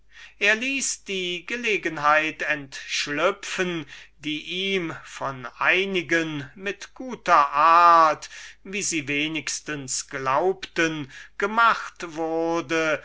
hatte ließ die anlässe entschlüpfen die ihm von einigen mit guter art wie sie wenigstens glaubten gemacht